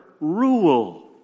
rule